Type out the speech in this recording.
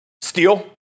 steel